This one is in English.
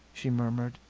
she murmured.